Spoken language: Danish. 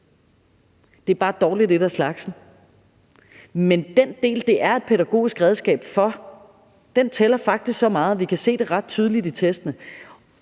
det er et dårligt et af slagsen. Men for den gruppe, det er et pædagogisk redskab for, tæller det faktisk så meget, at vi kan se det ret tydeligt i testene,